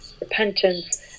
repentance